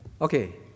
Okay